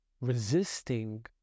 resisting